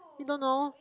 you don't know